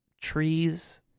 trees